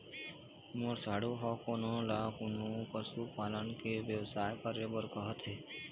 मोर साढ़ू ह कोनो न कोनो पशु पालन के बेवसाय करे बर कहत हे